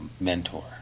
mentor